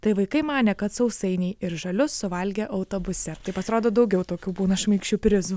tai vaikai manė kad sausainiai ir žalius suvalgė autobuse tai pasirodo daugiau tokių būna šmaikščių prizų